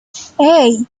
hey